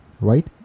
right